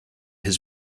his